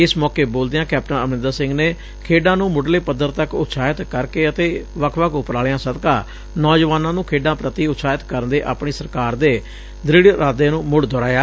ਇਸ ਮੌਕੇ ਬੋਲਦਿਆਂ ਕੈਪਟਨ ਅਮਰਿੰਦਰ ਸਿੰਘ ਨੇ ਖੇਡਾਂ ਨੂੰ ਮੁਢਲੇ ਪੱਧਰ ਤੱਕ ਉਤਸ਼ਾਹਿਤ ਕਰਕੇ ਅਤੇ ਵੱਖ ਵੱਖ ਉਪਰਾਲਿਆਂ ਸਦਕਾ ਨੌਜਵਾਨਾਂ ਨੂੰ ਖੇਡਾਂ ਪ੍ਰਤੀ ਉਤਸ਼ਾਹਿਤ ਕਰਨ ਦੇ ਆਪਣੀ ਸਰਕਾਰ ਦੇ ਦ੍ਰਿੜ ਇਰਾਏ ਨੂੰ ਮੁੜ ਦੁਹਰਾਇਆ